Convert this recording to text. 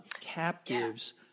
captives